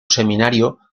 seminario